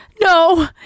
no